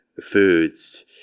foods